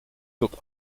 tot